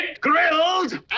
grilled